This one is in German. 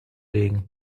legen